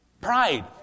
Pride